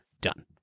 Done